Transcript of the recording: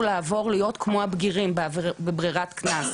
לעבור להיות כמו הבגירים בברירת קנס,